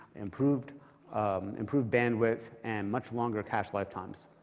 improved improved bandwidth, and much longer cache lifetimes.